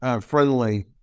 friendly